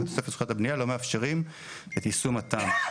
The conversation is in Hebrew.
בתוספת זכויות הבנייה לא מאפשרים את יישום התמ"א.